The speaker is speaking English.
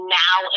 now